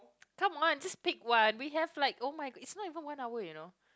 come on just take one we have like oh-my-god it's not even one hour you know